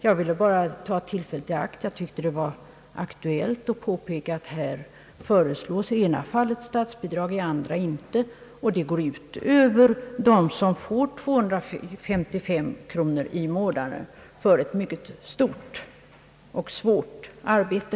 Jag ville bara passa på att ta upp frågan, eftersom jag tyckte det var aktuellt att påpeka att här föreslås i det ena fallet statsbidrag och i det andra inte, vilket går ut över dem som får endast 255 kronor i månaden för ett mycket stort och svårt arbete.